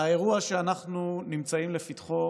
האירוע שאנחנו נמצאים לפתחו,